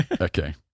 Okay